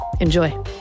Enjoy